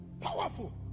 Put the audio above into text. powerful